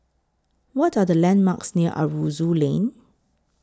What Are The landmarks near Aroozoo Lane